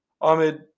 Ahmed